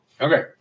Okay